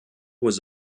was